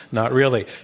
not really.